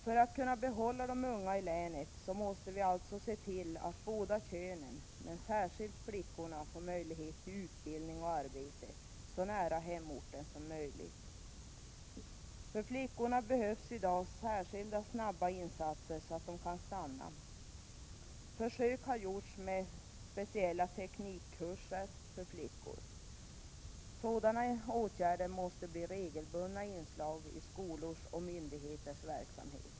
För att kunna behålla de unga i länet måste vi alltså se till att personer av båda könen, men särskilt flickorna, får möjlighet till både utbildning och arbete så nära hemorten som möjligt. För flickorna behövs i dag särskilda snabba insatser så att de kan stanna i sitt hemlän. Försök har gjorts med t.ex. särskilda teknikkurser för flickor. Sådana åtgärder måste bli regelbundna inslag i skolors och myndigheters verksamhet.